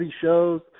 shows